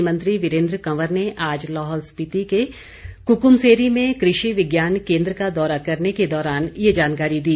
कृषि मंत्री वीरेन्द्र कवर ने आज लाहौल स्पीति के कुकुमसेरी में कृषि विज्ञान केन्द्र का दौरा करने के दौरान ये जानकारी दी